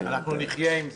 אנחנו נחיה עם זה.